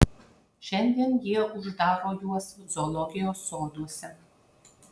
šiandien jie uždaro juos zoologijos soduose